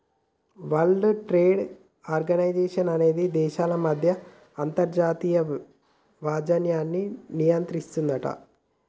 world Trade Organization అనేది దేశాల మధ్య అంతర్జాతీయ వాణిజ్యాన్ని నియంత్రిస్తుందట